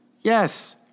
yes